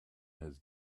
has